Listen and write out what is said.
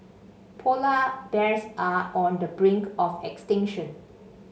polar bears are on the brink of extinction